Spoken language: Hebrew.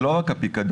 זה לא רק הפיקדון.